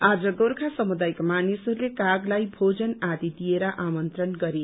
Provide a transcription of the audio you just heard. आज गोर्खा समुदायका मानिसहरूले कागलाई भोजन आदि दिएर आमन्त्रण गरे